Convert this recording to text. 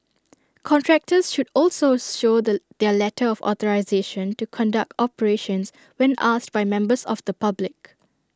contractors should also show the their letter of authorisation to conduct operations when asked by members of the public